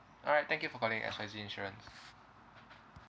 alright thank you for calling X Y Z insurance